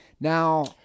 Now